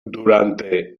durante